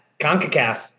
Concacaf